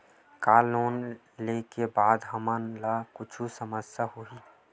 का लोन ले के बाद हमन ला कुछु समस्या होही?